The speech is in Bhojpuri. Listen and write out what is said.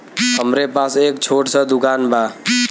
हमरे पास एक छोट स दुकान बा